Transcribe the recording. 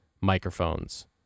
microphones